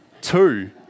Two